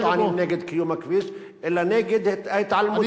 לא טוענים נגד קיום הכביש אלא נגד ההתעלמות.